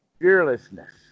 Fearlessness